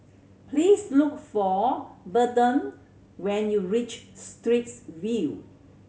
please look for Burton when you reach Straits View